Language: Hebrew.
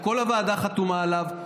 וכל הוועדה חתומה עליו,